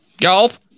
golf